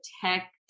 tech